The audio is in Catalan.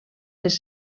les